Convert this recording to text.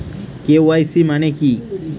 KYC মানে কি?